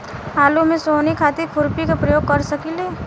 आलू में सोहनी खातिर खुरपी के प्रयोग कर सकीले?